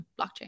blockchain